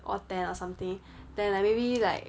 or ten or something then like maybe like